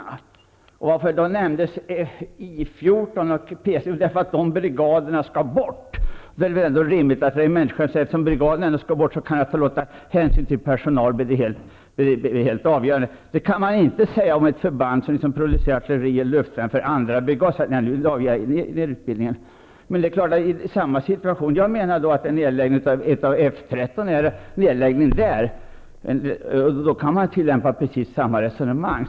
I 14 och P 2 nämndes därför att de brigaderna skall bort. Eftersom dessa brigader ändå skall bort, är det väl ändå rimligt att inte låta det faktum att regementchefen vill ta hänsyn till personalen bli helt avgörande. Men det kan man inte säga om ett förband som producerar artilleri och luftvärn för andra. Man kan inte i samma situation säga att nu lägger vi ned utbildningen. När det gäller nedläggning av F 13 kan man tillämpa precis samma resonemang.